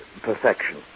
perfection